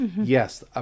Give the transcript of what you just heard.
yes